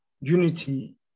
unity